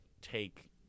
take